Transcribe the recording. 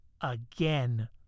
again